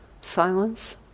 silence